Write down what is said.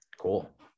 Cool